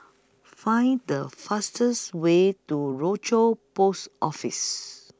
Find The fastest Way to Rochor Post Office